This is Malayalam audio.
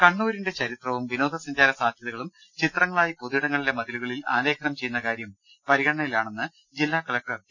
കണ്ണൂരിന്റെ ചരിത്രവും വിനോദ സഞ്ചാര സാധ്യതകളും ചിത്രങ്ങളായി പൊതുഇടങ്ങളിലെ മതിലുകളിൽ ആലേഖനം ചെയ്യുന്ന കാര്യം പരിഗണനയിലാണെന്ന് ജില്ലാ കലക്ടർ ടി